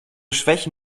schwäche